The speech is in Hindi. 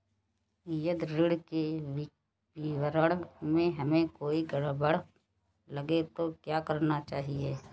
यदि ऋण के विवरण में हमें कोई गड़बड़ लगे तो क्या करना चाहिए?